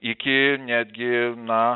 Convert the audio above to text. iki netgi na